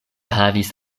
havis